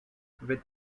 with